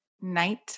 night